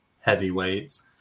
heavyweights